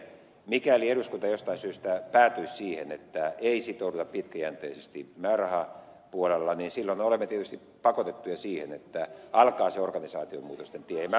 mikäli eduskunta jostain syystä päätyisi siihen että ei sitouduta pitkäjänteisesti määrärahapuolella silloin me olemme tietysti pakotettuja siihen että alkaa organisaatiomuutosten tie